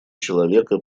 человека